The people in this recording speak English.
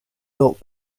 built